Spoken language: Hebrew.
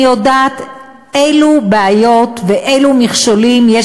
אני יודעת אילו בעיות ואילו מכשולים יש